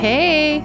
Hey